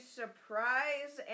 surprise